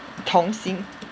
童星